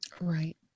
Right